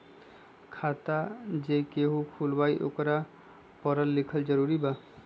खाता जे केहु खुलवाई ओकरा परल लिखल जरूरी वा?